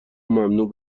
ممنوع